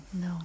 No